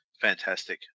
fantastic